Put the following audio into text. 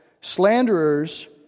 slanderers